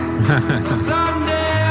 Someday